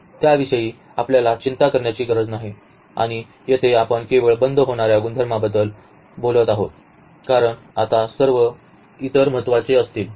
त्याविषयी आपल्याला चिंता करण्याची गरज नाही आणि येथे आपण केवळ बंद होण्याच्या गुणधर्मांबद्दल बोलत आहोत कारण आता सर्व इतर महत्त्वाचे असतील